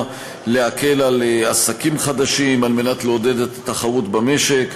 להקל על עסקים חדשים על מנת לעודד את התחרות במשק,